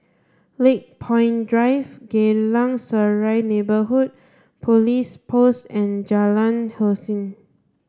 Lakepoint Drive Geylang Serai Neighbourhood Police Post and Jalan Hussein